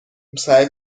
سعی